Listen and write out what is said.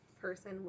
person